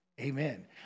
Amen